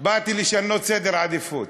באתי לשנות סדר עדיפות.